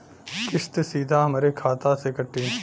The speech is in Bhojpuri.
किस्त सीधा हमरे खाता से कटी?